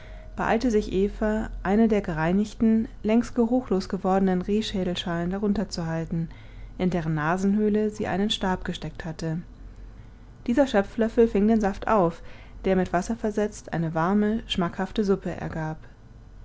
beeilte sich eva eine der gereinigten längst geruchlos gewordenen rehschädelschalen darunter zu halten in deren nasenhöhle sie einen stab gesteckt hatte dieser schöpflöffel fing den saft auf der mit wasser versetzt eine warme schmackhafte suppe ergab